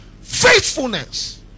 Faithfulness